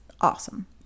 Awesome